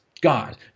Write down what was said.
God